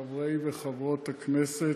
חברי וחברות הכנסת,